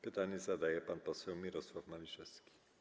Pytanie zadaje pan poseł Mirosław Maliszewski.